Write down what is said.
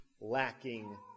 lacking